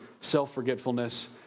self-forgetfulness